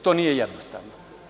To nije jednostavno.